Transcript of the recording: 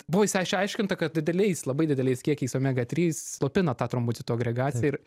buvo išsiaiš aiškinta kad dideliais labai dideliais kiekiais omega trys slopina tą trombocitų agregaciją ir